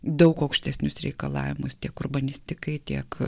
daug aukštesnius reikalavimus tiek urbanistikai tiek